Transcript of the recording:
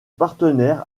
partenaire